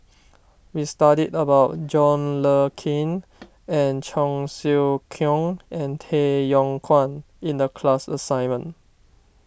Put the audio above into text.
we studied about John Le Cain and Cheong Siew Keong and Tay Yong Kwang in the class assignment